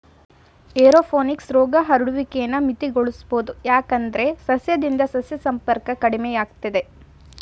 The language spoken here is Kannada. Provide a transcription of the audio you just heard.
ಏರೋಪೋನಿಕ್ಸ್ ರೋಗ ಹರಡುವಿಕೆನ ಮಿತಿಗೊಳಿಸ್ಬೋದು ಯಾಕಂದ್ರೆ ಸಸ್ಯದಿಂದ ಸಸ್ಯ ಸಂಪರ್ಕ ಕಡಿಮೆಯಾಗ್ತದೆ